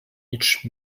each